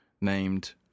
named